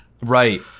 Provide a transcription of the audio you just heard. Right